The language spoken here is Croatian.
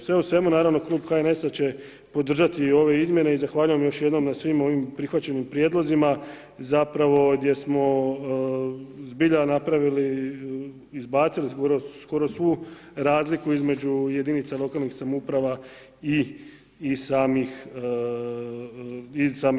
Sve u svemu naravno Klub HNS-a će podržati i ove izmjene i zahvaljujem još jednom na svim ovim prihvaćenim prijedlozima zapravo gdje smo zbilja napravili, izbacili smo skoro svu razliku između jedinica lokalnih samouprava i same države.